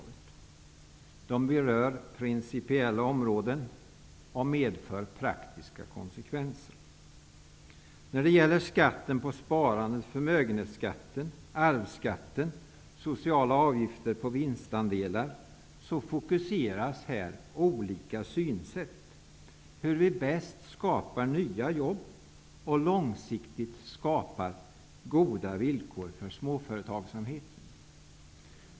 Reservationerna berör principiella områden och medför praktiska konsekvenser. På skatten på sparandet, förmögenhetsskatten, arvsskatten, sociala avgifter på vinstandelar fokuseras olika synsätt. Hur skapar vi bäst nya jobb och långsiktigt goda villkor för småföretagsamhet?